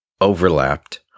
overlapped